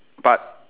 but